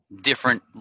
different